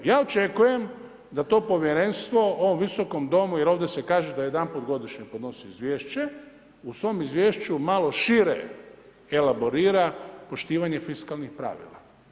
Ja očekujem da to povjerenstvo ovom visokom Domu, jer ovdje se kaže da jedanput godišnje podnosi izvješće, u svom izvješću malo šire elaborira poštivanje fiskalnih pravila.